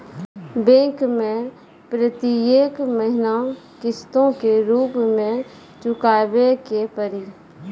Bank मैं प्रेतियेक महीना किस्तो के रूप मे चुकाबै के पड़ी?